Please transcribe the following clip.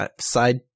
side